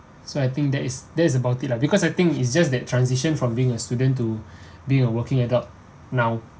so I think that is that is about it lah because I think it's just that transition from being a student to being a working adult now